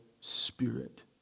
spirit